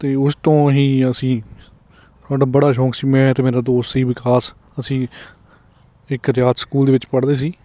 ਅਤੇ ਉਸ ਤੋਂ ਹੀ ਅਸੀਂ ਸਾਡਾ ਬੜਾ ਸ਼ੌਂਕ ਸੀ ਮੈਂ ਅਤੇ ਮੇਰਾ ਦੋਸਤ ਸੀ ਵਿਕਾਸ ਅਸੀਂ ਇੱਕ ਰਿਆਤ ਸਕੂਲ ਦੇ ਵਿੱਚ ਪੜ੍ਹਦੇ ਸੀ